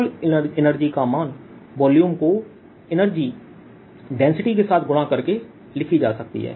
कुल एनर्जी का मान वॉल्यूमको एनर्जी डेंसिटी के साथ गुणा करके लिखी जा सकती है